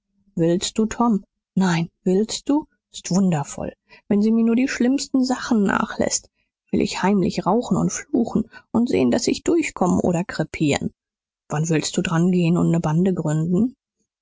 willst du tom nein willst du s ist wundervoll wenn sie mir nur die schlimmsten sachen nachläßt will ich heimlich rauchen und fluchen und sehen daß ich durchkomm oder krepieren wann willst du denn dran gehen und ne bande gründen